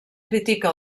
critica